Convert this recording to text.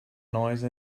noise